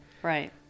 Right